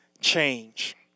change